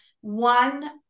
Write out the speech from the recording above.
one